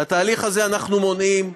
את התהליך הזה אנחנו מונעים.